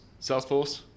salesforce